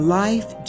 life